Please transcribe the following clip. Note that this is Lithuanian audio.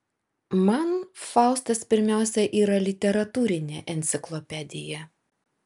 man faustas pirmiausia yra literatūrinė enciklopedija